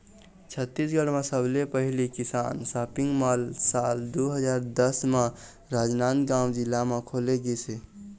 छत्तीसगढ़ म सबले पहिली किसान सॉपिंग मॉल साल दू हजार दस म राजनांदगांव जिला म खोले गिस हे